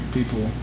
People